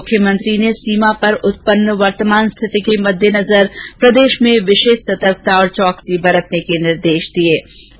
मुख्यमंत्री ने सीमा पर उत्पन्न वर्तमान स्थिति के मददेनजर प्रदेश में विशेष सतर्कता और चौकसी बरतने के निर्देश दिए गए